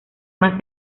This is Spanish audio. más